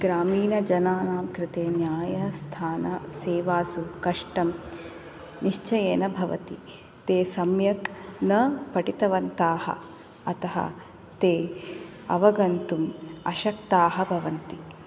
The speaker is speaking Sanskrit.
ग्रामीणजनानां कृते न्यायस्थानसेवासु कष्टं निश्चयेन भवति ते सम्यक् न पठितवन्तः अतः ते अवगन्तुम् अशक्ताः भवन्ति